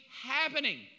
happening